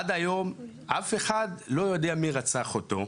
עד היום אף אחד לא יודע מי רצח אותו,